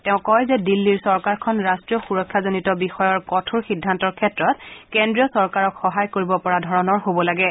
তেওঁ কয় যে দিল্লীৰ চৰকাৰখন ৰাষ্ট্ৰীয় সুৰক্ষাজনিত বিষয়ৰ কঠোৰ সিদ্ধান্তৰ ক্ষেত্ৰত কেদ্ৰীয় চৰকাৰক সহায় কৰিব পৰা ধৰণৰ হ'ব লাগে